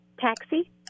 Taxi